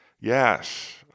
Yes